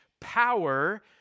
power